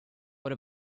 what